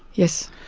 yes.